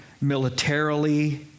militarily